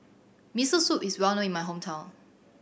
Miso Soup is well known in my hometown